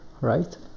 right